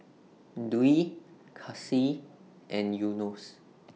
Dwi Kasih and Yunos